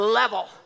level